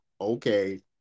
okay